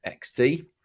XD